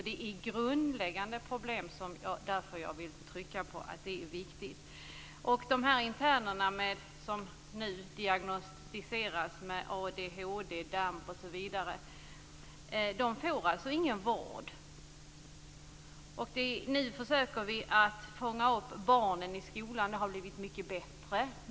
Det är grundläggande problem som jag därför vill trycka på, de är viktiga. De interner som nu diagnostiseras med ADHD, Damp osv. får ingen vård. Nu sker det försök med att fånga upp dessa barn i skolan. Det har blivit bättre.